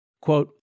quote